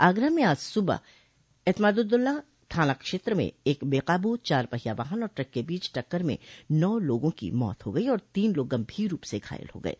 आगरा में आज सुबह एतमादुद्दौला थाना क्षेत्र में एक बेकाबू चार पहिया वाहन और ट्रक के बीच टक्कर में नौ लोगों की मौत हो गई और तीन लोग गंभीर रूप से घायल हो गये